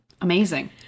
Amazing